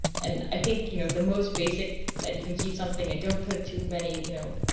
and i think you know the most basic that you can keep something and don't put too many, you know,